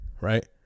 right